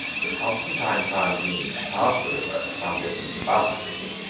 that constantine found means to pass the river at some distance above the city,